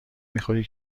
میخوری